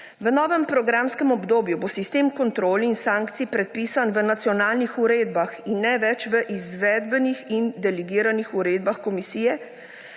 V novem programskem obdobju bo sistem kontrol in sankcij predpisan v nacionalnih uredbah in ne več v izvedbenih in delegiranih uredbah komisije,